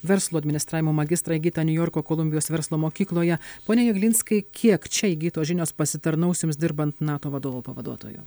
verslo administravimo magistrą įgytą niujorko kolumbijos verslo mokykloje pone jeglinskai kiek čia įgytos žinios pasitarnaus jums dirbant nato vadovo pavaduotoju